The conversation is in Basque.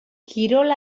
kirol